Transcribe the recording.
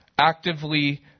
actively